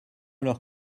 leur